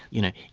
you know,